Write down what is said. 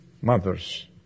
mother's